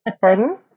Pardon